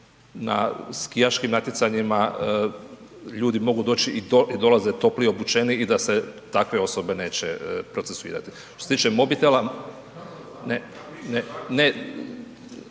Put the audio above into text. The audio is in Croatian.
na skijaškim natjecanjima ljudi mogu doći i dolaze toplije obučeni i da se takve osobe neće procesuirati. Što se tiče mobitela,